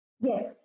Yes